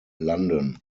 london